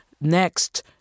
Next